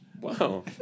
Wow